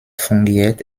fungiert